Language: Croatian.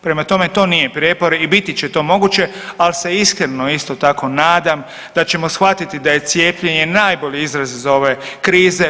Prema tome, to nije prijepor i biti će to moguće, ali se iskreno isto tako nadam da ćemo shvatiti da je cijepljenje najbolji izlaz iz ove krize.